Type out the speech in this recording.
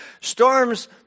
Storms